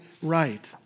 Right